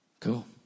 Cool